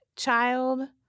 child